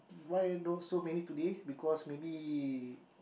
why not so many today because maybe